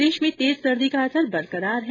प्रदेश में तेज सर्दी का असर बरकरार है